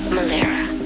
Malera